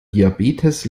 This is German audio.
diabetes